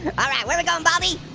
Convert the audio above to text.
alright where are we going baldy?